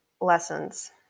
lessons